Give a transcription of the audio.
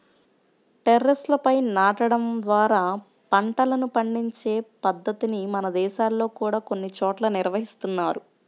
టెర్రస్లపై నాటడం ద్వారా పంటలను పండించే పద్ధతిని మన దేశంలో కూడా కొన్ని చోట్ల నిర్వహిస్తున్నారు